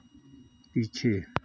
पीछे